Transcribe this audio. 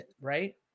Right